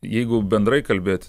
jeigu bendrai kalbėti